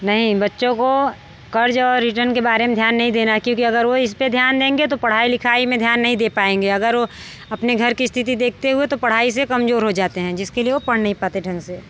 नहीं बच्चों को कर्ज़ और रीटर्न के बारे में ध्यान नहीं देना है क्योंकि अगर वो इसपे ध्यान देंगे तो पढ़ाई लिखाई में ध्यान नही दे पाएँगे अगर वो अपने घर के स्थिति देखते हुए तो पढ़ाई से कमज़ोर हो जाते हैं जिसके लिए वो पढ़ नहीं पाते है ढंग से